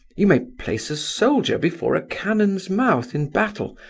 you may place a soldier before a cannon's mouth in battle,